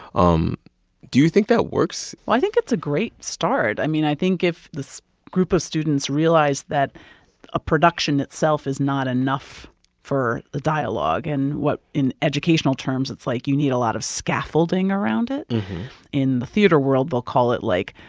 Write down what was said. um do you think that works? well, i think it's a great start. i mean, i think if this group of students realize that a production itself is not enough for the dialogue and what in educational terms, it's, like, you need a lot of scaffolding around it in the theater world, they'll call it, like,